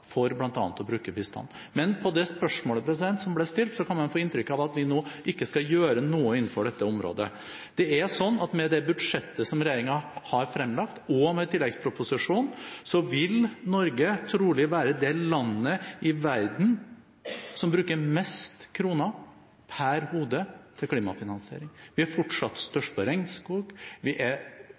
for bl.a. å bruke bistand. Men på det spørsmålet som ble stilt, kan man få inntrykk av at vi nå ikke skal gjøre noe på dette området. Det er sånn at med det budsjettet som regjeringen har fremlagt, og med tilleggsproposisjonen, vil Norge trolig være det landet i verden som bruker flest kroner per hode på klimafinansiering. Vi er fortsatt størst på regnskog, vi er